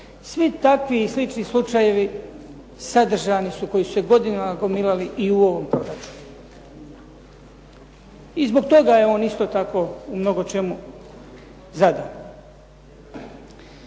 Svi takvi i slični slučajevi sadržani su, koji su se godinama gomilali, i u ovom proračunu i zbog toga je on isto tako u mnogočemu zadan.